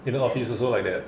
even office also like that